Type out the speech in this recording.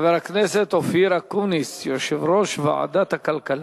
חבר הכנסת אופיר אקוניס, יושב-ראש ועדת הכלכלה.